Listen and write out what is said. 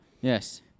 Yes